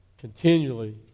Continually